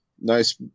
nice